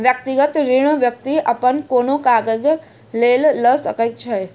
व्यक्तिगत ऋण व्यक्ति अपन कोनो काजक लेल लऽ सकैत अछि